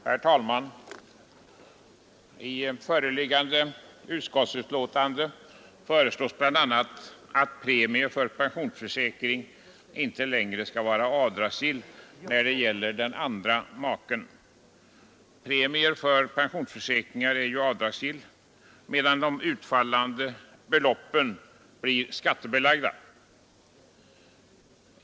Herr talman! I föreliggande utskottsbetänkande föreslås bl.a. att premie för pensionsförsäkring som gäller make icke längre skall vara avdragsgill. Premier för pensionsförsäkringar är avdragsgilla, medan de utfallande beloppen blir skattebelagda.